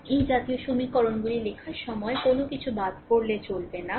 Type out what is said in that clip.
এই জাতীয় সমীকরণগুলি লেখার সময় কোনও কিছু বাদ পড়লে চলবে না